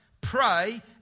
pray